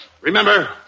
Remember